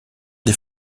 des